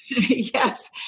Yes